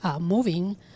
moving